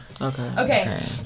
Okay